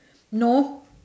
no